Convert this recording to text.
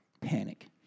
panic